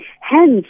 Hence